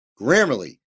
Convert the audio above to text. Grammarly